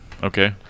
Okay